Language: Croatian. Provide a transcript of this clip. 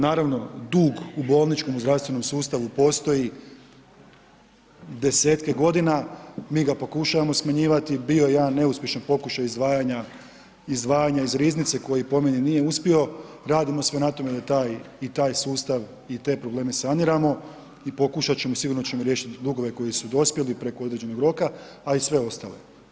Naravno, dug u bolničkom i zdravstvenom sustavu postoji desetke godina, mi ga pokušavamo smanjivati bi je jedan neuspješan pokušaj izdvajanja iz riznice koji po meni nije uspio, radimo sve na tome da taj i taj sustav i te probleme saniramo i pokušat ćemo i sigurno ćemo riješiti dugove koji su dospjeli preko određenog roka a i sve ostalo.